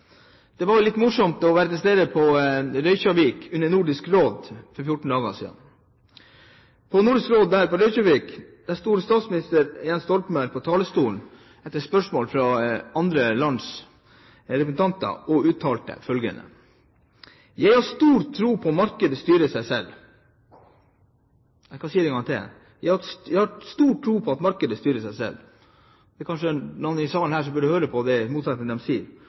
Det var litt morsomt å være til stede i Reykjavik under Nordisk Råd for 14 dager siden. Da sto statsminister Jens Stoltenberg på talerstolen – etter spørsmål fra andre lands representanter – og uttalte at han har stor tro på at markedet styrer seg selv. Jeg kan si det en gang til: Han har stor tro på at markedet styrer seg selv. Det er kanskje noen her i salen som burde høre på det, i motsetning til det de sier.